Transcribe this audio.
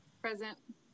Present